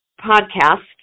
podcast